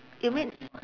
you mean